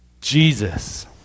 Jesus